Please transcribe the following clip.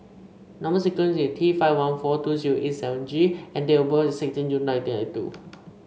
number sequence is T five one four two zero eight seven G and date of birth is sixteen June nineteen eight two